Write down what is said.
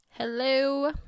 Hello